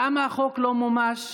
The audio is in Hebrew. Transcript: למה החוק לא מומש?